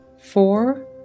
four